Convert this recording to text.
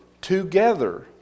together